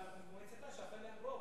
שבמועצת אש"ף אין להם רוב,